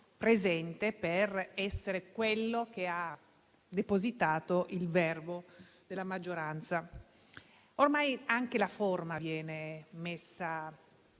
Presidente, per essere quello che ha depositato il verbo della maggioranza. Ormai anche la forma viene messa